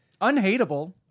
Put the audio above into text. Unhateable